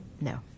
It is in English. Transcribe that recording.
No